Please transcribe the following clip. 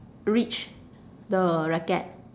reach the racket